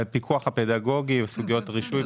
הפיקוח הפדגוגי וסוגיות רישוי.